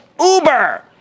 Uber